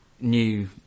new